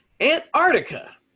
Antarctica